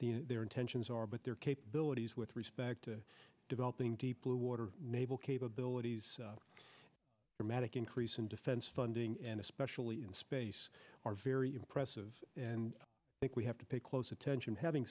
the their intentions are but their capabilities with respect to developing deep blue water naval capabilities or medic increase in defense funding and especially in space are very impressive and i think we have to pay close attention having